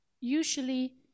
usually